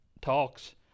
talks